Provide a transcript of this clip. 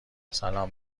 سلام